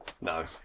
No